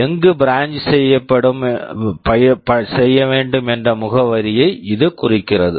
எங்கு branch branch செய்ய வேண்டும் என்ற முகவரியை இது குறிக்கிறது